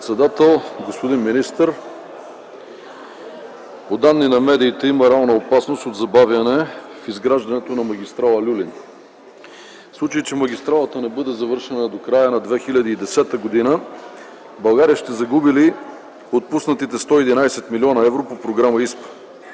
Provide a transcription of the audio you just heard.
председател, господин министър! По данни на медиите има реална опасност от забавяне в изграждането на магистрала „Люлин”. В случай, че магистралата не бъде завършена до края на 2010 г., България ще загуби ли отпуснатите 111 млн. евро по програма ИСПА?